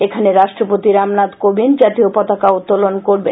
এখানে রাষ্ট্রপতি রামনাথ কোবিন্দ জাতীয় পতাকা উত্তোলন করবেন